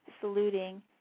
saluting